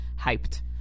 hyped